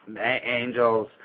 Angels